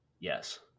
Yes